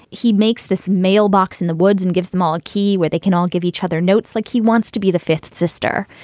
he makes this mailbox in the woods and gives them all a key where they can all give each other notes like he wants to be the fifth sister.